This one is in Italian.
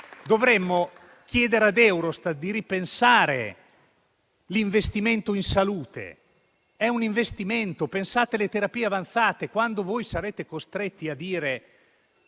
Dovremmo chiedere ad Eurostat di ripensare l'investimento in salute, perché è un investimento. Pensate alle terapie avanzate, quando sarete costretti a dire